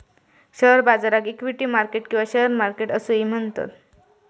share बाजाराक equity market किंवा share market असोही म्हणतत